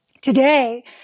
today